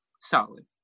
solid